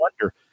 wonder